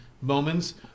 moments